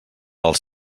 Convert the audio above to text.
als